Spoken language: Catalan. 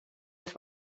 els